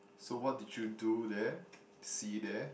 so what did you do there see there